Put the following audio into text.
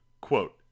Quote